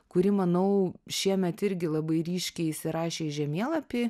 kuri manau šiemet irgi labai ryškiai įsirašė į žemėlapį